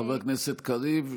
חבר הכנסת קריב,